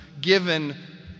given